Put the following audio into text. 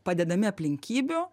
padedami aplinkybių